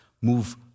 move